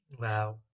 wow